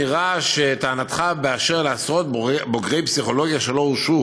נראה שטענתך באשר לעשרות בוגרי פסיכולוגיה שלא הורשו